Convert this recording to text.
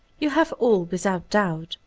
you have all, without doubt,